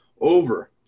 over